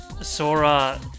sora